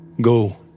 Go